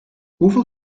hoeveel